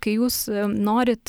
kai jūs norite